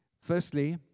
Firstly